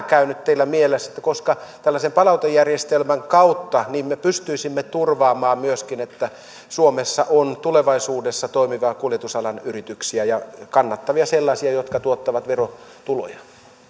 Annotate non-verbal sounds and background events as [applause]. [unintelligible] käynyt teillä mielessä koska tällaisen palautusjärjestelmän kautta pystyisimme turvaamaan myöskin sen että suomessa on tulevaisuudessa toimivia kuljetusalan yrityksiä ja kannattavia sellaisia jotka tuottavat verotuloja